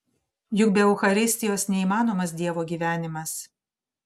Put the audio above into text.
juk be eucharistijos neįmanomas dievo gyvenimas